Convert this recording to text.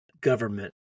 government